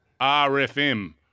RFM